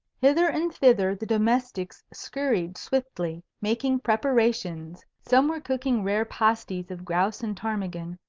hither and thither the domestics scurried swiftly, making preparations. some were cooking rare pasties of grouse and ptarmigan,